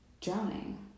drowning